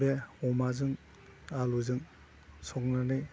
बे अमाजों आलुजों संनानै